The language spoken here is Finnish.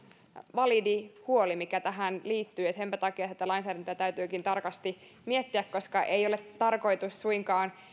validi huoli mikä tähän liittyy ja senpä takia tätä lainsäädäntöä täytyykin tarkasti miettiä koska ei ole tarkoitus suinkaan